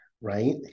Right